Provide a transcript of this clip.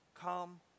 come